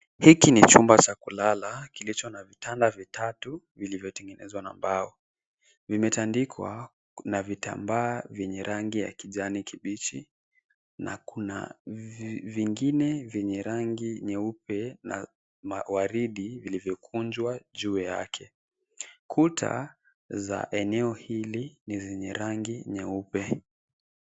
Hiki ni chumba cha kulala, kilicho na vitanda vitatu vilivyotengenezwa na mbao. Vimetandikwa na vitambaa vyenye rangi ya kijani kibichi na kuna vingine vyenye rangi nyeupe na waridi vilivyokunjwa juu yake. Kuta za eneo hili ni zenye rangi nyeupe.